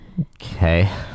okay